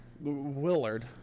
willard